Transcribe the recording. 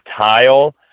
tile